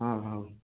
ହଁ ହଁ